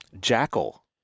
jackal